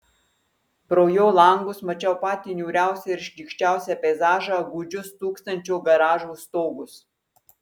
pro jo langus mačiau patį niūriausią ir šlykščiausią peizažą gūdžius tūkstančio garažų stogus